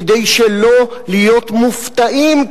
כדי שלא להיות מופתעים,